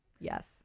Yes